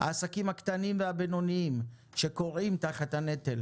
העסקים הקטנים והבינוניים שכורעים תחת הנטל